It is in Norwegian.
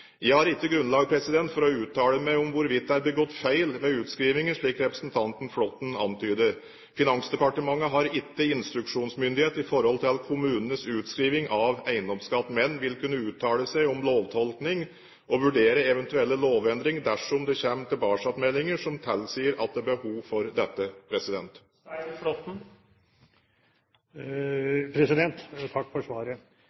Jeg har ikke grunnlag for å uttale meg om hvorvidt det er begått feil ved utskrivninger, slik representanten Flåtten antyder. Finansdepartementet har ikke instruksjonsmyndighet i forhold til kommunenes utskrivning av eiendomsskatt, men vil kunne uttale seg om lovtolkning og vurdere eventuelle lovendringer dersom det kommer tilbakemeldinger som tilsier at det er behov for dette. Takk for svaret.